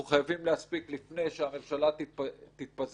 אנחנו חייבים להספיק לפני שהממשלה תתפזר,